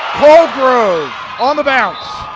colgrove on the bounce.